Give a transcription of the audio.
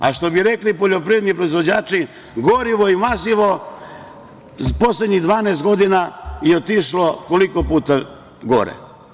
A, što bi rekli poljoprivredni proizvođači, gorivo i mazivo poslednjih 12 godina je otišlo koliko puta gore.